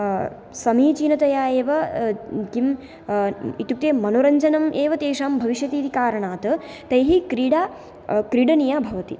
समीचीनतया एव किं इत्युक्ते मनोरञ्जनं एव तेषां भविष्यति इति कारणात् तैः क्रीडा क्रीडनीया भवति